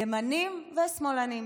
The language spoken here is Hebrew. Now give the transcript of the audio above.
ימנים ושמאלנים.